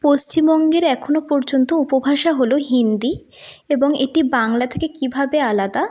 পশ্চিমবঙ্গের এখনো পর্যন্ত উপভাষা হল হিন্দি এবং এটি বাংলা থেকে কীভাবে আলাদা